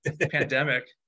Pandemic